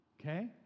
Okay